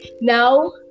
now